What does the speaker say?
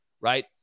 right